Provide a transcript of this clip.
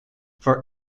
for